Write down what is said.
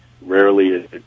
rarely